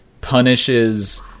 punishes